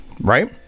right